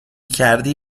کردی